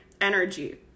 energy